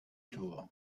tour